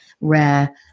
rare